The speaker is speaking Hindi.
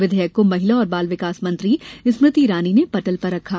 विधेयक को महिला और बाल विकास मंत्री स्मृति ईरानी ने पटल पर रखा